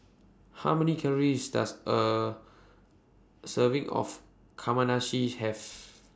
How Many Calories Does A Serving of Kamameshi Have